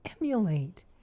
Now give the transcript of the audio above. emulate